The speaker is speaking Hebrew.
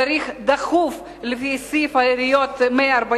אתה צריך לבקש, דחוף, לפי סעיף 143